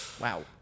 Wow